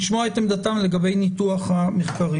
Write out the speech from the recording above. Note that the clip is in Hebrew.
לשמוע את עמדתם לגבי נוח המחקרים.